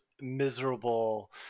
miserable